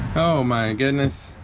oh my goodness